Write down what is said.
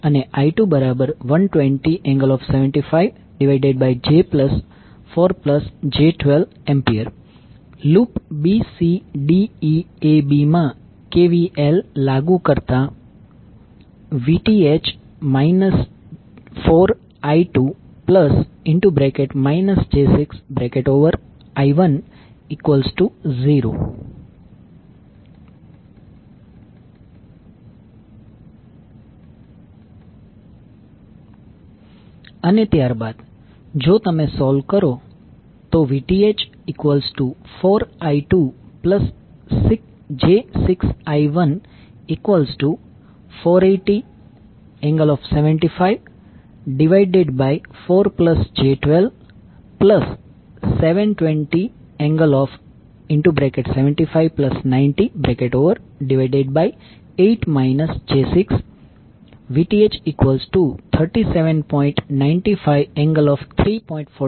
તેથી I1120∠758 j6AI2120∠754j12A loop bcdeab માં KVL લાગુ કરતા VTh 4I2I10 અને ત્યારબાદ જો તમે સોલ્વ કરો તો VTh4I2j6I1 480∠754j12720∠75908 j6 37